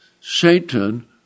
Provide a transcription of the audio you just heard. Satan